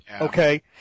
okay